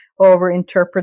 overinterpret